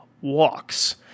walks